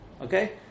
Okay